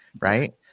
right